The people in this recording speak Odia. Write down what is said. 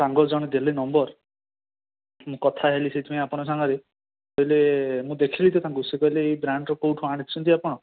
ସାଙ୍ଗ ଜଣେ ଦେଲେ ନମ୍ବର ମୁଁ କଥା ହେଲି ସେଥିପାଇଁ ଆପଣଙ୍କ ସାଙ୍ଗରେ ମୁଁ କହିଲି ମୁଁ ଦେଖିଲି ତାଙ୍କୁ ସେ କହିଲେ ଏହି ବ୍ରାଣ୍ଡର କେଉଁଠୁ ଆଣିଛନ୍ତି ଆପଣ